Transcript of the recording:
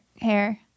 hair